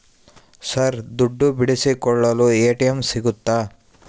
Sir ದುಡ್ಡು ಬಿಡಿಸಿಕೊಳ್ಳಲು ATM ಸಿಗುತ್ತಾ?